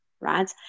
right